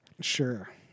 Sure